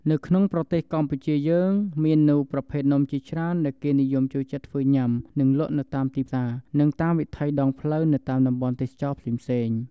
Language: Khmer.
នៅក្នុងប្រទេសកម្ពុជាយើងមាននូវប្រភេទនំជាច្រើនដែលគេនិយមចូលចិត្តធ្វើញុាំ និងលក់នៅតាមទីផ្សារ និងតាមវិថីដងផ្លូវនៅតាមតំបន់ទេសចរណ៍ផ្សេងៗ។